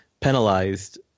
penalized